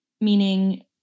meaning